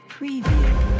Preview